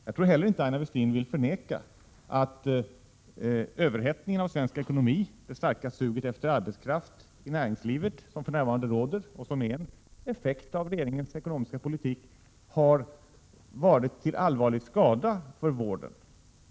Jag tror heller inte att Aina Westin vill förneka att överhettningen av svensk ekonomi, det starka suget efter arbetskraft i näringslivet som för närvarande råder och som är en effekt av regeringens ekonomiska politik, har varit till allvarlig skada för vården.